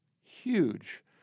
huge